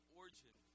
origin